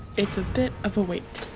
it's a bit of a wait.